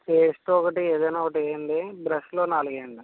paste ఒకటి ఏదైనా ఒకటేయండి బ్రష్లు ఒక నాలుగేయండి